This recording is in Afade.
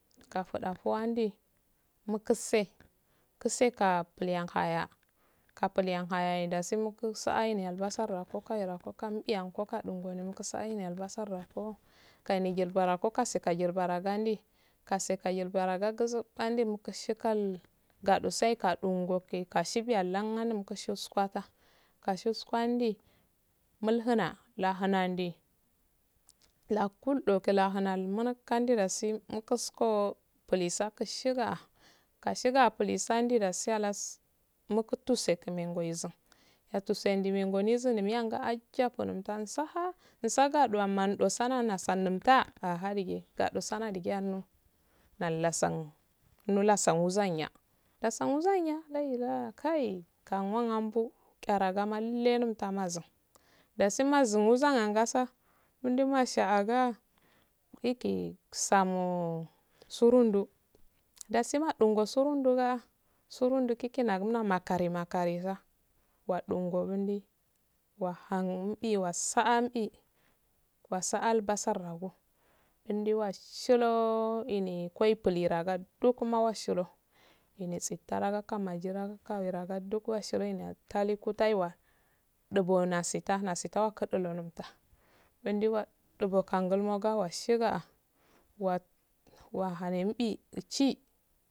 Kafudo a fuandi mukusse kuse ha bliyau haya kapliyan yahaya dasi kusa ani albasar nanko kan biyango ko kadingo albasuranko kanijii bara ko kasijil bara gandi kajil bara gajiqandi muki shikal gado sai kado ashiya lan anum kushos pata ashu kwandi mul huna la hunandi lakuldo kla munk kande dosi mu kusko bilikakus shiga kashiga blisondi halasu muktuse kumeidonzi tusungonzi ga ajjakolondon saha saga nan dosana nasanunta ahadige lallasan nolasun wuzanya san wuzanya lailah kai wanaubu tcharazo mulle farazum dasi mazi muzan augasa masha agaikisamo surundu dasi mado rosumudugo surundi kiki no nan makani makanza wadungorondi wa hanmbi wasaheen asa albasar ago indai wa sholo indi kwoi shyaga dukuna washilo initsi kamaga tama alkaweraga duk washire go utaiwa dubo nasita taa kudulofta dendea dumo kangmowa shega a wa hine mbi